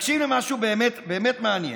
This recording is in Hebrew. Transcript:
תקשיב למשהו באמת מעניין.